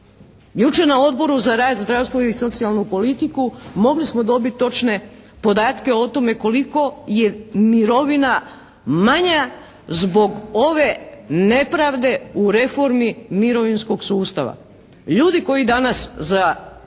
Jučer na Odboru za rad, zdravstvo i socijalnu politiku mogli smo dobit točne podatke o tome koliko je mirovina manja zbog ove nepravde u reformi mirovinskog sustava. Ljudi koji danas za